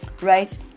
right